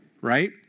right